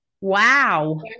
wow